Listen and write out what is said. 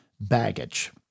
baggage